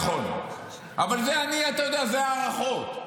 אבל אתה יודע, זה הערכות.